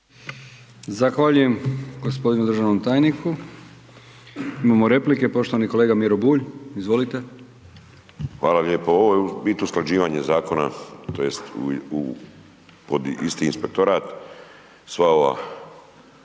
Zahvaljujem gospodinu državnom tajniku, imamo replike, poštovani kolega Miro Bulj, izvolite. **Bulj, Miro (MOST)** Hvala lijepo, ovo je u biti usklađivanje zakona tj. pod isti inspektorat,